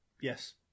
yes